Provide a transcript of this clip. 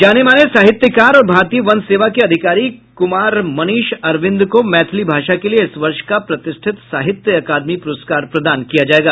जाने माने साहित्यकार और भारतीय वन सेवा के अधिकारी कुमार मनीष अरविंद को मैथिली भाषा के लिये इस वर्ष का प्रतिष्ठित साहित्य अकादमी पुरस्कार प्रदान किया जायेगा